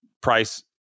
price